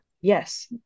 yes